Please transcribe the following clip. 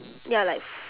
ya like